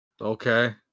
Okay